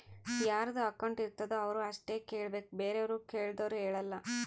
ಯಾರದು ಅಕೌಂಟ್ ಇರ್ತುದ್ ಅವ್ರು ಅಷ್ಟೇ ಕೇಳ್ಬೇಕ್ ಬೇರೆವ್ರು ಕೇಳ್ದೂರ್ ಹೇಳಲ್ಲ